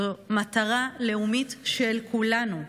זו מטרה לאומית של כולנו,